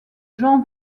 jean